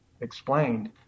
explained